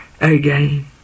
again